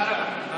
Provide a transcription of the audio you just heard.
אני אלמד אותך.